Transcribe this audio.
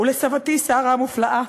ולסבתי שרה המופלאה,